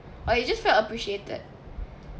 or you just felt appreciated